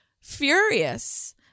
Furious